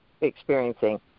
experiencing